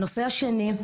הנושא השני,